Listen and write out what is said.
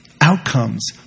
outcomes